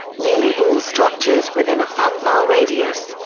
nearly all structures within a half-mile radius,